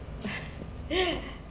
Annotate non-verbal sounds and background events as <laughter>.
<laughs>